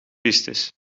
pistes